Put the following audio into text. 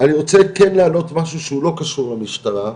אני רוצה כן להעלות משהו שהוא לא קשור למשטרה,